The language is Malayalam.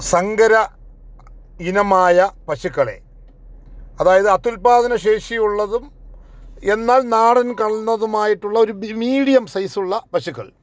സങ്കര ഇനമായ പശുക്കളെ അതായത് അത്യുൽപാദന ശേഷിയുള്ളതും എന്നാൽ നാടൻ കലർന്നതുമായിട്ടുള്ള ഒരു മീഡിയം സൈസ് ഉള്ള പശുക്കൾ